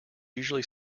usually